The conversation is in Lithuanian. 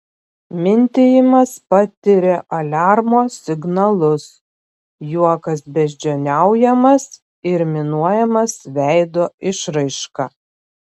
mintijimas patiria aliarmo signalus juokas beždžioniaujamas ir minuojamas veido išraiška